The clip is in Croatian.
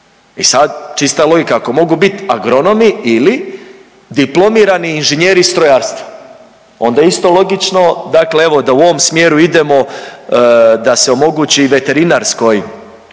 I sad, čista logika, ako mogu bit agronomi ili diplomirani inženjeri strojarstva, onda isto logično dakle evo, da u ovom smjeru idemo da se omogući i veterinarskoj